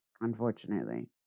unfortunately